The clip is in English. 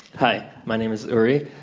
hi, my names is uri.